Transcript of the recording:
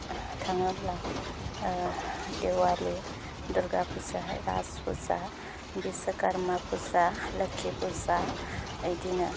थाङोब्ला देवालि दुर्गा फुजा राज फुजा बिस्वकर्मा फुजा लोखि फुजा इदिनो